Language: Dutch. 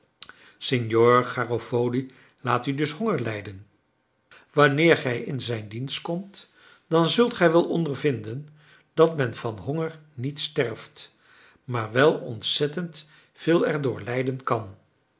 signor garofoli laat u dus hongerlijden wanneer gij in zijn dienst komt dan zult gij wel ondervinden dat men van honger niet sterft maar wel ontzettend veel erdoor lijden kan